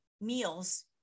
meals